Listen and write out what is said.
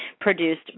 produced